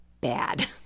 bad